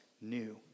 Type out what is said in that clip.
new